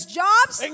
jobs